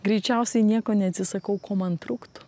greičiausiai nieko neatsisakau ko man trūktų